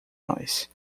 nós